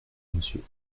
monsieur